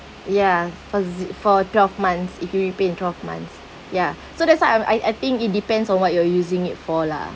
ya for for twelve months if you repay in twelve months ya so that's why I've I I think it depends on what you're using it for lah